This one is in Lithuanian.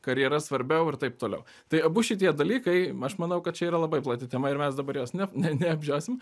karjera svarbiau ir taip toliau tai abu šitie dalykai aš manau kad čia yra labai plati tema ir mes dabar jos ne neapžiosim